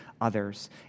others